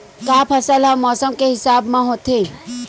का फसल ह मौसम के हिसाब म होथे?